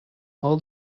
all